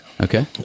Okay